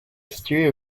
history